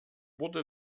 wurde